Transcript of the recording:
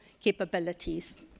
capabilities